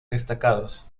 destacados